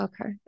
Okay